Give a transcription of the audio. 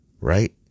Right